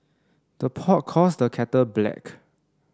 the pot calls the kettle black